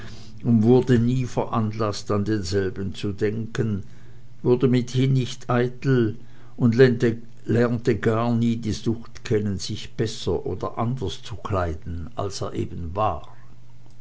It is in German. und wurde nie veranlaßt an denselben zu denken wurde mithin nicht eitel und lernte gar nie die sucht kennen sich besser oder anders zu kleiden als er eben war